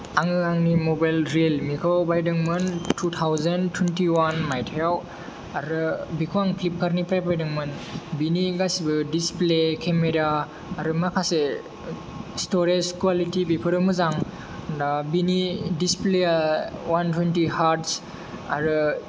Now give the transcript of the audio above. आङो आंनि mobile Realme खौ बायदोंमोन तु थावजेन तुइन्ति अवान माइथायाव आरो बेखौ आं फ्लिपकार्त निफ्राय बायदोंमोन बेनि गासैबो दिसप्ले केमेरा आरो माखासे स्तरेज कुवालिटि बेफोरो मोजां दा बिनि दिसप्ले या अवान तुइन्ति हार्त्ज आरो